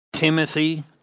Timothy